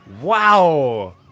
Wow